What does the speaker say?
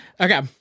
Okay